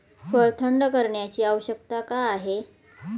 फळ थंड करण्याची आवश्यकता का आहे?